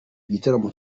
igitaramo